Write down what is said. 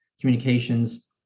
communications